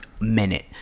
minute